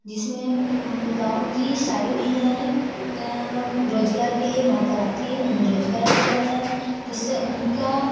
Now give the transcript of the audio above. जिसमे गाँव की सारी महिलाएँ रोज़गार के लिए वहाँ पर आती है उन्हें रोज़गार दिया जाता है जिससे उनका